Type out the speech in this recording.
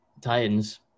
Titans